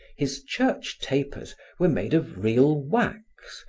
his church tapers were made of real wax,